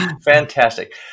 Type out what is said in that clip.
Fantastic